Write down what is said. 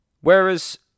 whereas